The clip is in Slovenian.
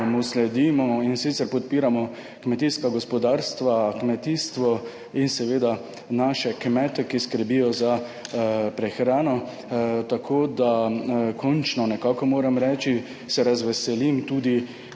sicer podpiramo kmetijska gospodarstva, kmetijstvo in seveda naše kmete, ki skrbijo za prehrano. Tako da se končno, nekako moram reči, razveselim tudi